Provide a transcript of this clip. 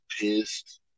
pissed